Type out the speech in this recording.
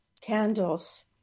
candles